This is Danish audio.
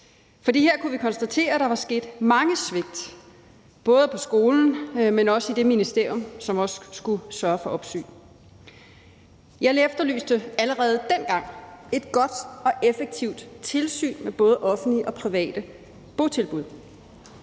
for her kunne vi konstatere, at der var sket mange svigt, både på skolen, men også i det ministerium, som også skulle sørge for opsyn. Jeg efterlyste allerede dengang et godt og effektivt tilsyn med både offentlige og private botilbud.